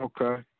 okay